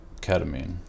ketamine